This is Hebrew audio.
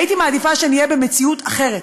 הייתי מעדיפה שנהיה במציאות אחרת.